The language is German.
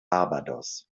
barbados